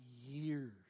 years